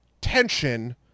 tension